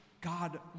God